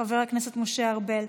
חבר הכנסת משה ארבל,